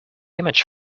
image